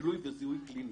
גילוי וזיהוי פלילי.